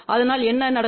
அதனால் என்ன நடக்கும்